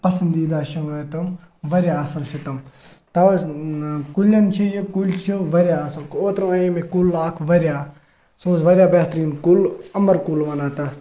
پَسنٛدیٖدہ چھِ مےٚ تِم واریاہ اَصٕل چھِ تِم تَوَے کُلٮ۪ن چھِ یہِ کُلۍ چھِ واریاہ اَصٕل اوترٕ أنے مےٚ کُل اَکھ واریاہ سُہ اوس واریاہ بہتریٖن کُل اَمر کُل وَنان تَتھ